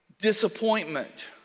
disappointment